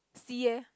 see eh